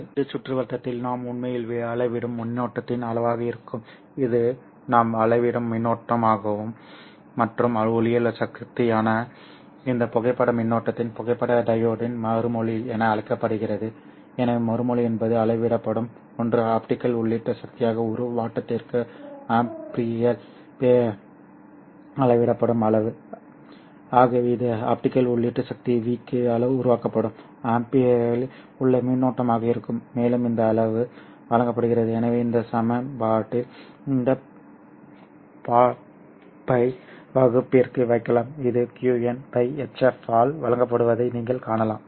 இது வெளியீட்டு சுற்றுவட்டத்தில் நாம் உண்மையில் அளவிடும் மின்னோட்டத்தின் அளவாக இருக்கும் இது நாம் அளவிடும் மின்னோட்டமாகும் மற்றும் ஒளியியல் சக்திக்கான இந்த புகைப்பட மின்னோட்டத்தை புகைப்பட டையோடின் மறுமொழி என அழைக்கப்படுகிறது எனவே மறுமொழி என்பது அளவிடப்படும் ஒன்று ஆப்டிகல் உள்ளீட்டு சக்தியாக ஒரு வாட்டிற்கு ஆம்பியரில் அளவிடப்படும் அளவு ஆகவே இது ஆப்டிகல் உள்ளீட்டு சக்தி V க்கு உருவாக்கப்படும் ஆம்பியரில் உள்ள மின்னோட்டமாக இருக்கும் மேலும் இந்த அளவு வழங்கப்படுகிறது எனவே இந்த சமன்பாட்டில் இந்த பாப்டை வகுப்பிற்கு வைக்கலாம் இது qη hf ஆல் வழங்கப்படுவதை நீங்கள் காணலாம்